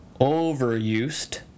overused